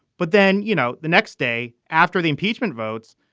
but then, you know, the next day after the impeachment votes,